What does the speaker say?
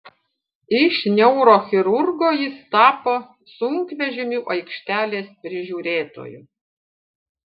iš neurochirurgo jis tapo sunkvežimių aikštelės prižiūrėtoju